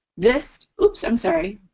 this oops, i'm sorry.